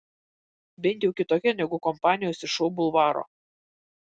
bent jau kitokia negu kompanijos iš šou bulvaro